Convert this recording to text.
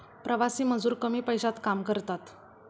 प्रवासी मजूर कमी पैशात काम करतात